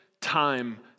time